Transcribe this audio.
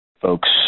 Folks